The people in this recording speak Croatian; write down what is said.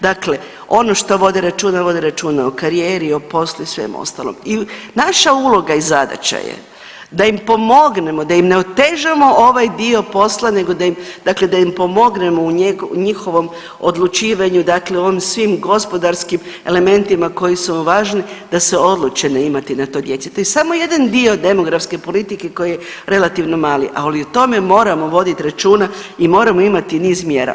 Dakle, ono što vode računa, vode računa o karijeri, o poslu i svemu ostalom i naša uloga i zadaća je da im pomognemo, da im ne otežamo ovaj dio posla nego da im, dakle da im pomognemo u njihovom odlučivanju, dakle u ovim svim gospodarskim elementima koji su važni da se odluče na imati, na to ... to je samo jedan dio demografske politike koji je relativno mali, ali o tome moramo voditi računa i moramo imati niz mjera.